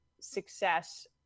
success